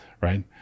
right